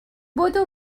بدو